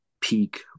peak